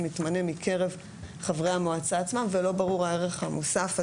יתמנה מקרב חברי המועצה עצמה ולא ברור הערך המוסף,